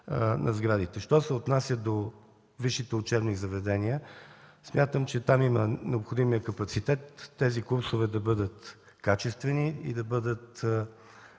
на сградите. Що се отнася до висшите учебни заведения смятам, че там има необходимия капацитет тези курсове да бъдат качествени и да бъдат